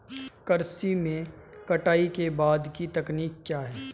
कृषि में कटाई के बाद की तकनीक क्या है?